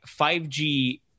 5G